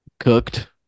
Cooked